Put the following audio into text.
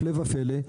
הפלא ופלא,